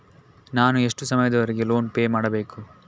ನಾನು ಎಷ್ಟು ಸಮಯದವರೆಗೆ ಲೋನ್ ಪೇ ಮಾಡಬೇಕು?